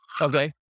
Okay